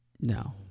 No